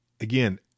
Again